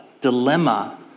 dilemma